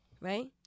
right